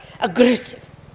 aggressive